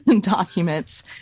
documents